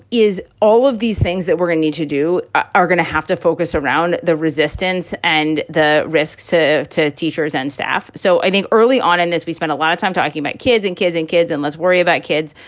is all of these things that we're going need to do are going to have to focus around the resistance and the risks to to teachers and staff. so i think early on in this, we spent a lot of time talking about kids and kids and kids. and let's worry about kids,